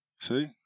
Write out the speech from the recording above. See